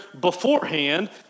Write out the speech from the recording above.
beforehand